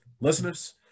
listeners